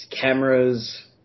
cameras